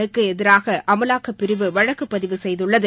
னுக்கு எதிராக அமலாக்கப் பிரிவு வழக்கு பதிவு செய்துள்ளது